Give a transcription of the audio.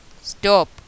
stop